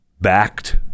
backed